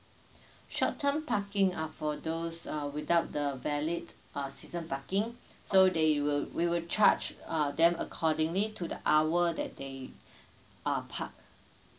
short term parking are for those uh without the valid uh season parking so they will we will charge uh them accordingly to the hour that they uh park